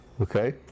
Okay